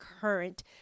current